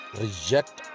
reject